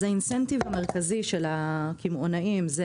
אז האינסנטיב המרכזי של הקמעוניים זו